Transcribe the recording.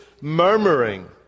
murmuring